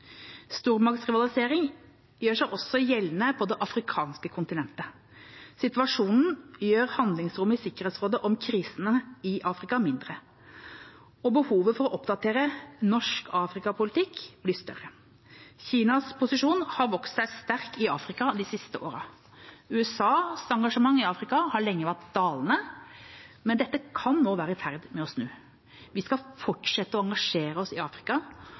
Stormaktsrivalisering gjør seg gjeldende også på det afrikanske kontinentet. Situasjonen gjør handlingsrommet i Sikkerhetsrådet om krisene i Afrika mindre, og behovet for å oppdatere norsk afrikapolitikk blir større. Kinas posisjon har vokst seg sterk i Afrika det siste tiåret. USAs engasjement i Afrika har lenge vært dalende, men dette kan nå være i ferd med å snu. Vi skal fortsette å engasjere oss i Afrika.